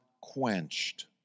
quenched